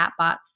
chatbots